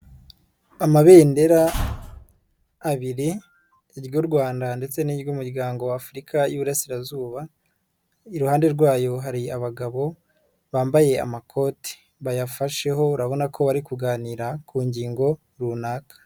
Amabendera abiri, iry'u Rwanda ndetse n'iry'umuryango w'Afurika y'iburasirazuba, iruhande rwayo hari abagabo, bambaye amakoti, bayafasheho urabona ko bari kuganira ku ngingo runaka.